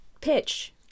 pitch